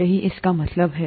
यही इसका मतलब है